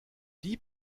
die